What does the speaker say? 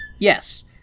Yes